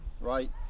right